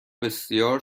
بسیار